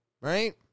right